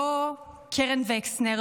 לא קרן וקסנר,